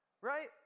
right